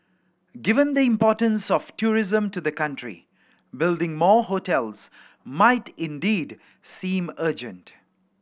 given the importance of tourism to the country building more hotels might indeed seem urgent